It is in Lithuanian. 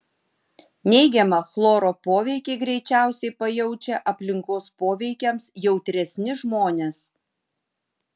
neigiamą chloro poveikį greičiausiai pajaučia aplinkos poveikiams jautresni žmonės